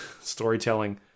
storytelling